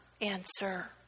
answer